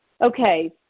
Okay